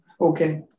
Okay